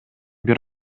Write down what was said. бир